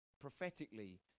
prophetically